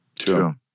Sure